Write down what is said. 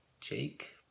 Jake